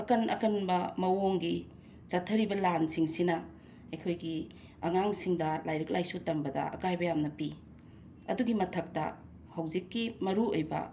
ꯑꯀꯟ ꯑꯀꯟꯕ ꯃꯑꯣꯡꯒꯤ ꯆꯠꯊꯔꯤꯕ ꯂꯥꯟꯁꯤꯡꯁꯤꯅ ꯑꯩꯈꯣꯏꯒꯤ ꯑꯉꯥꯡꯁꯤꯡꯗꯥ ꯂꯥꯏꯔꯤꯛ ꯂꯥꯏꯁꯨ ꯇꯝꯕꯗꯥ ꯑꯀꯥꯏꯕ ꯌꯥꯝꯅ ꯄꯤ ꯑꯗꯨꯒꯤ ꯃꯊꯛꯇꯥ ꯍꯧꯖꯤꯛꯀꯤ ꯃꯔꯨ ꯑꯣꯏꯕꯥ